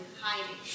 hiding